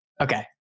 Okay